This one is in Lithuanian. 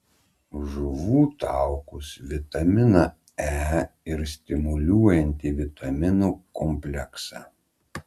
žuvų taukus vitaminą e ir stimuliuojantį vitaminų kompleksą